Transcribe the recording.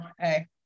hey